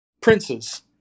Prince's